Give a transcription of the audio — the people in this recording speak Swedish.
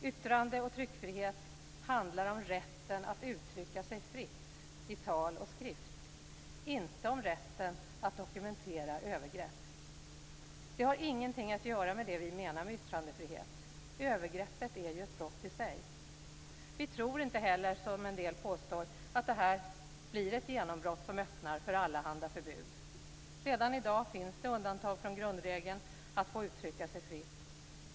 Yttrande och tryckfrihet handlar om rätten att uttrycka sig fritt i tal och skrift, inte om rätten att dokumentera övergrepp. Det har ingenting att göra med det vi menar med yttrandefrihet. Övergreppet är ju ett brott i sig. Vi tror inte heller, som en del påstår, att det här blir ett genombrott som öppnar för allehanda förbud. Redan i dag finns det undantag från grundregeln att få uttrycka sig fritt.